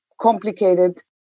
complicated